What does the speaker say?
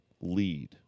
lead